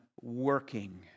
working